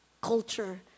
culture